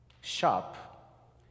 shop